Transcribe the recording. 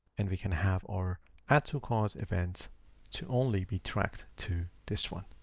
and we can have our ad to cause events to only be tracked to this one.